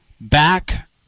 back